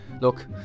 Look